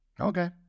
Okay